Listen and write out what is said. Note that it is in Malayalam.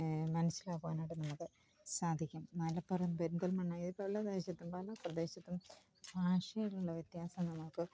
മനസ്സിലാക്കുവാനായിട്ട് നമുക്ക് സാധിക്കും മലപ്പുറം പെരുന്തൽമണ്ണ ഈ പലദേശത്തും പല പ്രദേശത്തും ഭാഷയോടുള്ള വ്യത്യാസങ്ങൾ നമുക്ക്